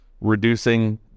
reducing